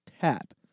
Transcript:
tap